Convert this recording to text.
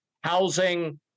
housing